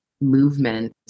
movement